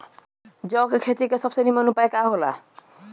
जौ के खेती के सबसे नीमन उपाय का हो ला?